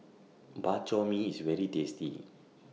Bak Chor Mee IS very tasty